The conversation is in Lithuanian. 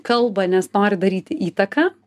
kalba nes nori daryti įtaką